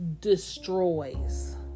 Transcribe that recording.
destroys